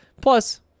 plus